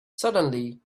suddenly